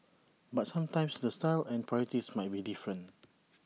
but sometimes the style and priorities might be different